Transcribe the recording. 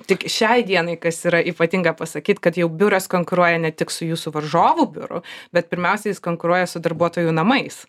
tik šiai dienai kas yra ypatinga pasakyt kad jau biuras konkuruoja ne tik su jūsų varžovų biuru bet pirmiausia jis konkuruoja su darbuotojų namais